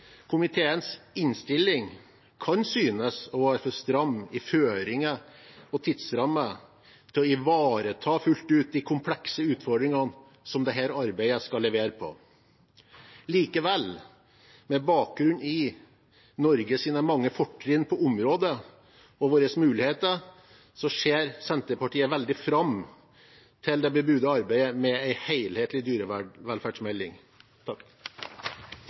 Komiteens innstilling kan synes å være for stram i føringer og tidsramme til fullt ut å ivareta de komplekse utfordringene som dette arbeidet skal levere på. Likevel: Med bakgrunn i Norges mange fortrinn på området og våre muligheter ser Senterpartiet veldig fram til det bebudede arbeidet med